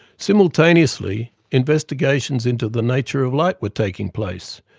simultaneously, investigations into the nature of light were taking place,